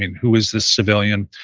and who is this civilian?